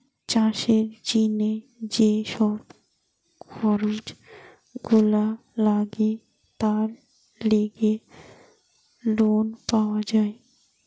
চাষের জিনে যে সব খরচ গুলা লাগে তার লেগে লোন পাওয়া যায়